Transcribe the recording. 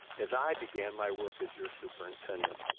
as i began my work as your superintendent.